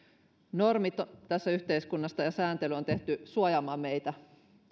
normit ja sääntely tässä yhteiskunnassa on tehty suojaamaan meitä